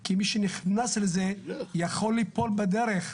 כי מי שנכנס לזה יכול ליפול בדרך.